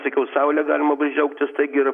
sakiau saule galim labai džiaugtis taigi ir